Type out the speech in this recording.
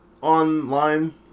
online